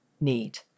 need